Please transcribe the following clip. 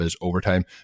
overtime